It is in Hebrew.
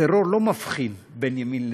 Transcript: אני אומר, הטרור לא מבחין בין ימין לשמאל,